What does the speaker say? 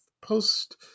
post